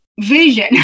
vision